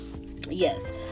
yes